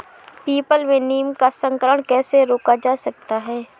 People में नीम का संकरण कैसे रोका जा सकता है?